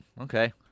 okay